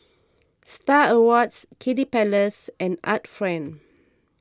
Star Awards Kiddy Palace and Art Friend